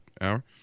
hour